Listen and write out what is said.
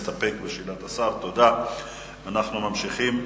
אנחנו ממשיכים.